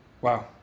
Wow